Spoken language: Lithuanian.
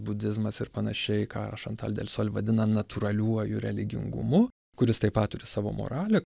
budizmas ir panašiai ką šantal delsol vadina natūraliuoju religingumu kuris taip pat turi savo moralę